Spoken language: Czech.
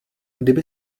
kdyby